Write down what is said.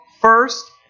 first